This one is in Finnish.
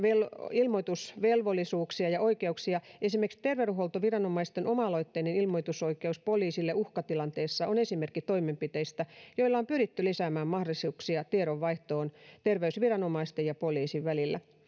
ilmoitusvelvollisuuksia ja oikeuksia esimerkiksi terveydenhuoltoviranomaisten oma aloitteinen ilmoitusoikeus poliisille uhkatilanteessa on esimerkki toimenpiteistä joilla on pyritty lisäämään mahdollisuuksia tiedonvaihtoon terveysviranomaisten ja poliisin välillä